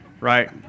right